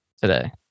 today